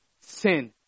sin